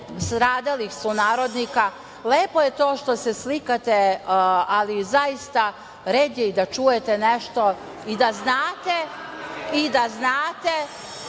stradalih sunarodnika. Lepo je to što se slikate, ali zaista, red je i da čujete nešto i da znate da to